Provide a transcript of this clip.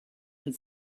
had